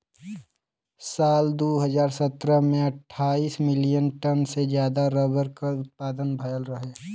साल दू हज़ार सत्रह में अट्ठाईस मिलियन टन से जादा रबर क उत्पदान भयल रहे